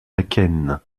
akènes